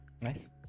Nice